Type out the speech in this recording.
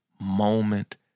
moment